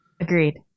Agreed